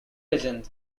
agent